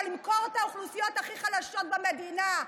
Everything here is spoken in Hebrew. אבל למכור את האוכלוסיות הכי חלשות במדינה,